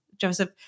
Joseph